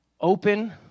open